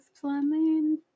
plumbing